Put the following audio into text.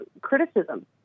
criticism